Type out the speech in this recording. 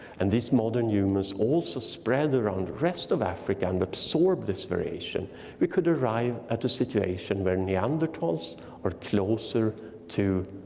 and these modern humans also spread around rest of africa and absorb this variation we could arrive at a situation where neanderthals are closer to